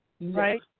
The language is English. Right